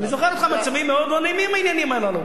אני זוכר אותך במצבים מאוד לא נעימים בעניינים הללו.